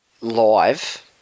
live